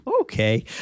Okay